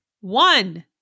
One